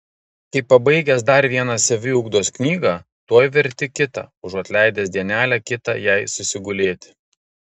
kai pabaigęs dar vieną saviugdos knygą tuoj verti kitą užuot leidęs dienelę kitą jai susigulėti